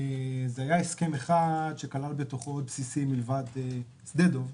זה היה הסכם אחד שכלל בתוכו עוד בסיסים מלבד שדה דב,